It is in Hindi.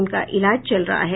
उनका इलाज चल रहा है